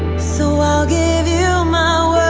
so i'll ah give you my